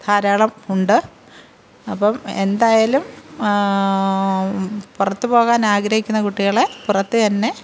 ധാരാളം ഉണ്ട് അപ്പം എന്തായാലും പുറത്തു പോകാൻ ആഗ്രഹിക്കുന്ന കുട്ടികളെ പുറത്ത് തന്നെ